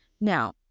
Now